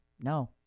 No